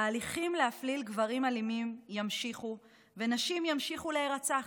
ההליכים להפליל גברים אלימים יימשכו ונשים ימשיכו להירצח,